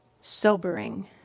Sobering